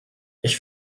ich